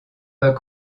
pas